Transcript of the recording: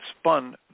spun